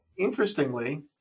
Interestingly